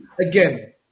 Again